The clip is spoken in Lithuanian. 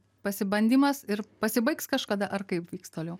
pasibandymas ir pasibaigs kažkada ar kaip vyks toliau